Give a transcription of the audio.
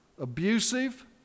abusive